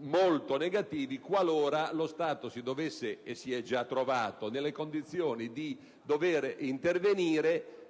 molto negativi qualora lo Stato si dovesse trovare - e si è già trovato - nelle condizioni di dover intervenire